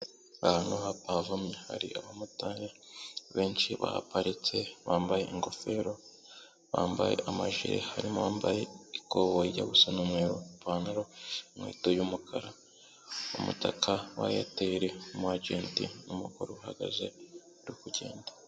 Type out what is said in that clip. Ahantu hapavomye hari abamotari benshi bahaparitse bambaye ingofero, bambaye amajiri, harimo uwambaye ikoboyi ijya gusa n' umweru, ipantaro, inkweto y'umukara, umutaka wa Airtel, umu ajenti n'umugore uhagaze uri kugenda.